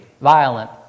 violent